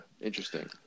interesting